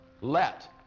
let